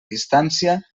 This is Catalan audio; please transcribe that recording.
distància